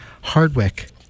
Hardwick